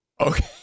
Okay